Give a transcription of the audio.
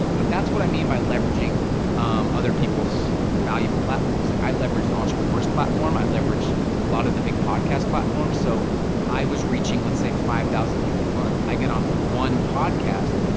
but that's what i mean by leveraging other people's valuable platforms. like, i leveraged the entrepreneur's platform, i leveraged a lot of the big podcast platform, so i was reaching, let's say five thousand people a month. i get on one podcast,